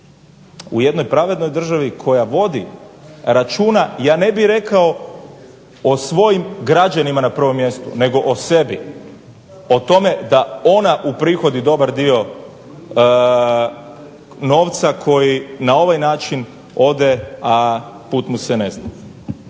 u jednoj pravednoj državi koja vodi računa ja ne bih rekao o svojim građanima na prvom mjestu, nego o sebi, o tome da ona uprihodi dobar dio novca koji na ovaj način ode a put mu se ne zna.